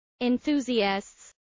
Enthusiasts